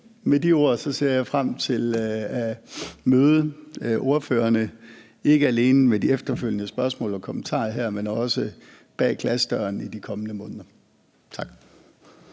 Med de ord ser jeg frem til at møde ordførerne, ikke alene ved de efterfølgende spørgsmål og kommentarer her, men også bag glasdøren i de kommende måneder. Tak.